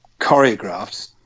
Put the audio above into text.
choreographed